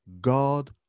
God